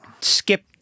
skip